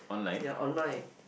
yea online